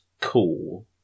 cool